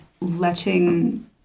letting